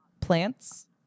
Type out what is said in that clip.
plants